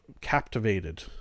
captivated